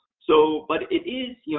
so but it is